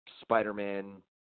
Spider-Man